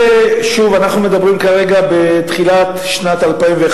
שוב, אנחנו מדברים כרגע בתחילת שנת 2011,